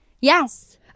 Yes